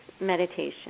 meditation